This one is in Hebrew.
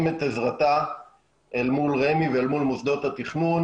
את עזרתה אל מול רמ"י ואל מול מוסדות התכנון,